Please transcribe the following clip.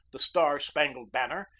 the star-spangled banner,